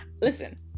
listen